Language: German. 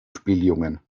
spieljungen